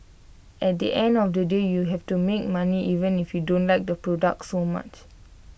at the end of the day you have to make money even if you don't like the product so much